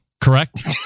correct